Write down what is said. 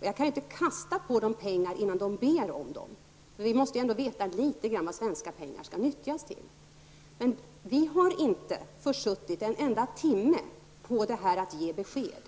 Jag kan inte kasta på dem pengar innan de ber om dem. Vi måste ändå veta litet grand vad svenska pengar skall nyttjas till. Vi har inte försuttit en enda timme när det gällt att ge besked.